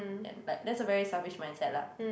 and like that's a very selfish mindset lah